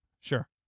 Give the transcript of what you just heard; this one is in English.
Sure